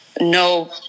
no